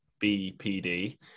BPD